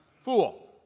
Fool